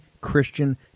Christian